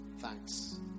Thanks